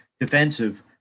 defensive